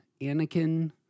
Anakin